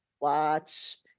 watch